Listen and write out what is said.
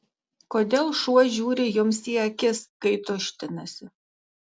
kodėl šuo žiūri jums į akis kai tuštinasi